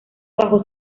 bajo